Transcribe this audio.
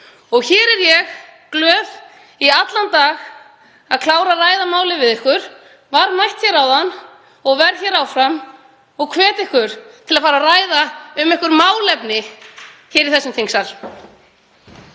Hér er ég glöð í allan dag að klára að ræða málið við ykkur, var mætt hér áðan og verð hér áfram og hvet ykkur til að fara að ræða um einhver málefni í þessum þingsal.